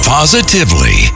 Positively